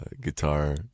guitar